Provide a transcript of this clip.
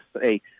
say